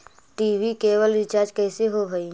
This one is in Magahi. टी.वी केवल रिचार्ज कैसे होब हइ?